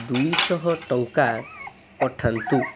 ଦୁଇ ଶହ ଟଙ୍କା ପଠାନ୍ତୁ